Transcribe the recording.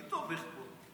מי תומך בו?